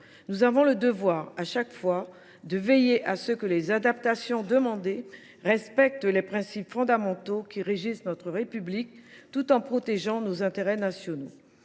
nous sommes ont à chaque fois le devoir de veiller à ce que les adaptations demandées respectent les principes fondamentaux qui régissent notre République, tout en protégeant nos intérêts nationaux.